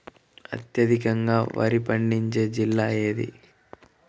అత్యధికంగా వరి పండించే జిల్లా ఏది?